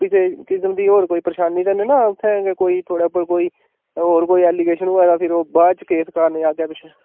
किसै किसम दी होर कोई परेशानी ते नी ना ऐ उत्थें जे कोई थुआढ़े उप्पर कोई होर कोई ऐलिगेशन होऐ ते फिर ओह् बाद च केस करन अग्गें पिच्छें